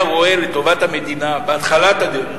אני רוצה לומר לך שאם ראש הממשלה היה רואה את טובת המדינה בהתחלת הדרך